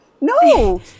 No